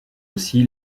aussi